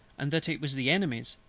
and that it was the enemy's,